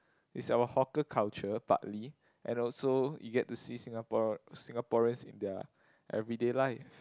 it's our hawker culture partly and also you get to see Singapore Singaporeans in their everyday life